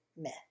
myth